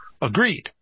agreed